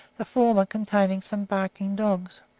the former containing some barking dogs.